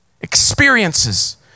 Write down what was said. experiences